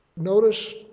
Notice